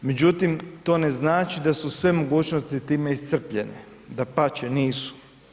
Međutim, to ne znači da su sve mogućnosti time iscrpljene, dapače nisu.